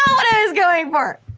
um what i was going for.